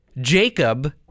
Jacob